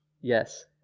Yes